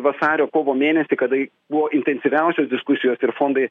vasario kovo mėnesį kada buvo intensyviausios diskusijos ir fondai